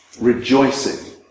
rejoicing